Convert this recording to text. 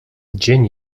dzień